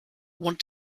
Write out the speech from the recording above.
want